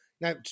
Now